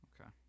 Okay